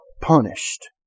punished